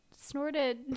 snorted